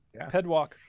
pedwalk